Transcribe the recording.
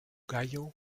gallo